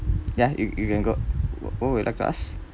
ya you you can go what'd you like to ask